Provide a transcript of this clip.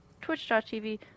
twitch.tv